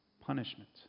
punishment